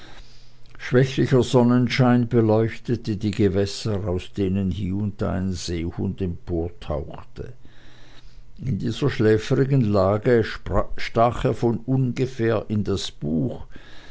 schwächlicher sonnenschein beleuchtete die gewässer aus denen hie und da ein seehund emportauchte in dieser schläfrigen lage stach er von ungefähr in das buch